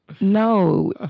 No